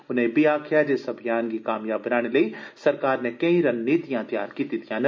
उनें इब्बी गलाया जे इस अभियान गी कामयाब बनाने लेई सरकार नै केई रणनीतियां तैयार कीती दिआं न